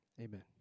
amen